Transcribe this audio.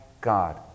God